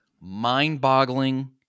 mind-boggling